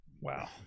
Wow